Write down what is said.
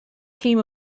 team